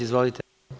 Izvolite.